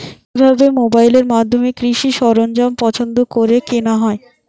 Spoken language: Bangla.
কিভাবে মোবাইলের মাধ্যমে কৃষি সরঞ্জাম পছন্দ করে কেনা হয়?